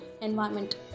environment